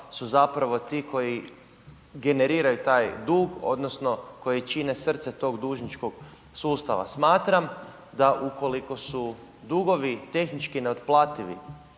su zapravo ti koji generiraju taj dug odnosno koji čine srce tog dužničkog sustava. Smatram da ukoliko su dugovi tehnički neotplativi